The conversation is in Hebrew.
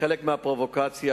כחלק מפרובוקציה,